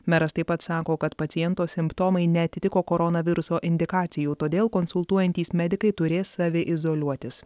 meras taip pat sako kad paciento simptomai neatitiko koronaviruso indikacijų todėl konsultuojantys medikai turės save izoliuotis